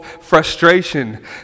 frustration